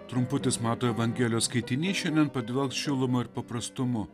trumputis mato evangelijos skaitinys šiandien padvelks šiluma ir paprastumu